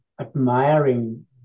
admiring